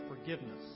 forgiveness